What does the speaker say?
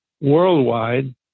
worldwide